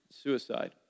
Suicide